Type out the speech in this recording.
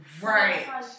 Right